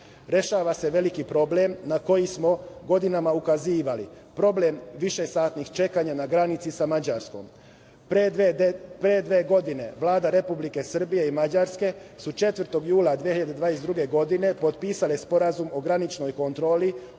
se veliki problem na koji smo godinama ukazivali, problem višesatnih čekanja na granici sa Mađarskom. Pre dve godine vlade Republike Srbije i Mađarske su 4. jula 2022. godine potpisale Sporazum o graničnoj kontroli